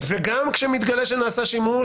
וגם כשמתגלה שנעשה שימוש,